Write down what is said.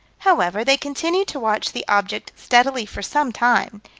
however, they continued to watch the object steadily for some time.